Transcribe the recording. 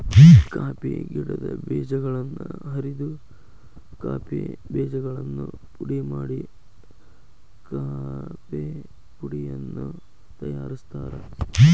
coffee ಗಿಡದ ಬೇಜಗಳನ್ನ ಹುರಿದ ಕಾಫಿ ಬೇಜಗಳನ್ನು ಪುಡಿ ಮಾಡಿ ಕಾಫೇಪುಡಿಯನ್ನು ತಯಾರ್ಸಾತಾರ